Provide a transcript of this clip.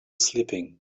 sleeping